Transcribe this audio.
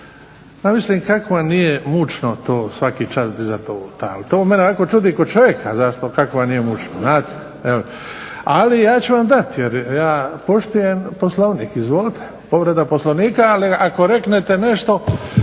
mislim kako vam nije mučno to svaki čas dizati ovu tablu? To mene ovako čudi kao čovjeka kako vam to nije mučno, znate, jel. Ali ja ću vam dati jer ja poslujem Poslovnik. Izvolite. Povreda Poslovnika, ali ako reknete nešto.